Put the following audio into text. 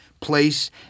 place